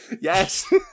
Yes